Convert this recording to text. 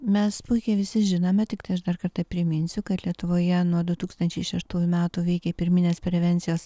mes puikiai visi žinome tiktai aš dar kartą priminsiu kad lietuvoje nuo du tūkstančiai šeštųjų metų veikia pirminės prevencijos